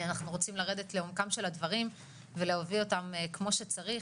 אנחנו רוצים לרדת לעומקם של הדברים ולהביא אותם כמו שצריך.